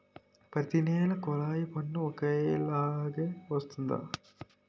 ప్రతి నెల కొల్లాయి పన్ను ఒకలాగే వస్తుందా?